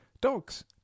dogs